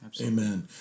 Amen